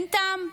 אין טעם,